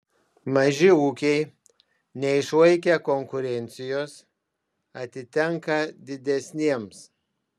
maži ūkiai neišlaikę konkurencijos atitenka didesniems